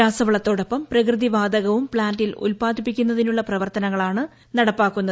രാസവളത്തോടൊപ്പം പ്രകൃതിവാതകവും പ്താന്റിൽ ഉല്പാദിപ്പിക്കാനുള്ള പ്രവർത്തനങ്ങളാണ് നടപ്പാക്കുന്നത്